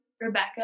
Rebecca